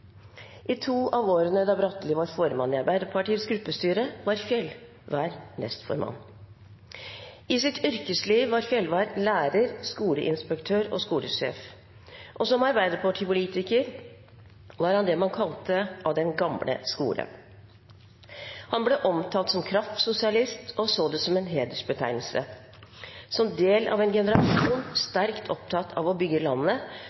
I to av årene da Bratteli var formann i Arbeiderpartiets gruppestyre, var Fjeldvær nestformann. I sitt yrkesliv var Fjeldvær lærer, skoleinspektør og skolesjef. Og som Arbeiderparti-politiker var han det man kalte «av den gamle skole». Han ble omtalt som «kraftsosialist» og så det som en hedersbetegnelse. Som del av en generasjon sterkt opptatt av å bygge landet